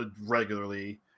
regularly